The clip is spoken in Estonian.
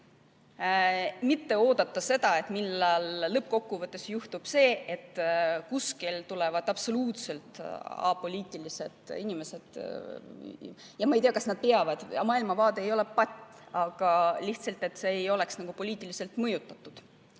mitte oodata seda, millal lõppkokkuvõttes juhtub see, et kuskilt tulevad absoluutselt apoliitilised inimesed. Ma ei tea, kas nii peabki olema. Maailmavaade ei ole patt, aga lihtsalt, et ei oleks poliitiliselt mõjutatud